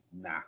nah